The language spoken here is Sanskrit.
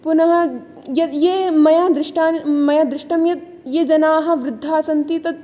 पुनः यत् ये मया दृष्टा मया दृष्टं यत् ये जनाः वृद्धाः सन्ति तत्